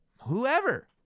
whoever